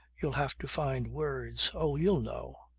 you'll have to find words. oh you'll know.